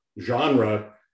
genre